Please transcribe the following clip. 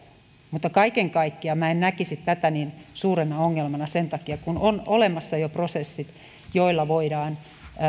mutta kaiken kaikkiaan minä en näkisi tätä niin suurena ongelmana sen takia että on olemassa jo prosessit joilla voidaan